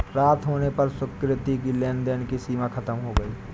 रात होने पर सुकृति की लेन देन की सीमा खत्म हो गई